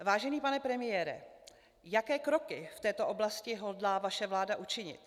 Vážený pane premiére, jaké kroky v této oblasti hodlá vaše vláda učinit?